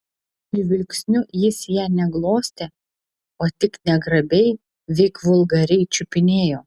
žvilgsniu jis ją ne glostė o tik negrabiai veik vulgariai čiupinėjo